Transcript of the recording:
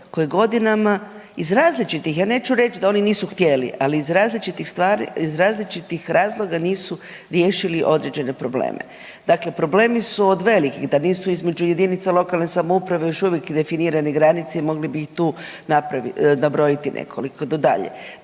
koje godinama iz različitih, ja neću reći da oni nisu htjeli, ali iz različitih razloga nisu riješili određene probleme. Dakle problemi su od .../Govornik se ne razumije./... da nisu između jedinica lokalne samouprave još definirane granice i mogli bi ih tu napraviti, nabrojiti nekoliko do dalje.